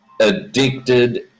addicted